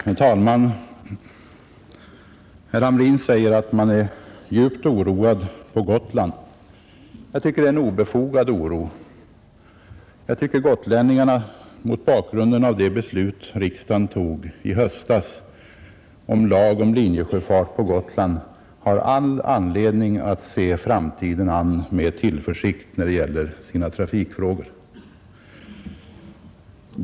Herr talman! Herr Hamrin säger att man är djupt oroad på Gotland. Jag anser att det är en obefogad oro. Jag tycker att gotlänningarna mot bakgrund av det beslut riksdagen fattade i höstas om lag om linjesjöfart på Gotland har all anledning att se framtiden an med tillförsikt när det gäller trafikfrågorna.